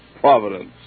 providence